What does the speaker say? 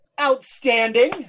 Outstanding